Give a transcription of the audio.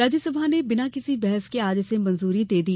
राज्यसभा ने बिना किसी बहस के आज इसे मंजूरी दे दी